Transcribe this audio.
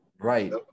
right